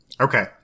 Okay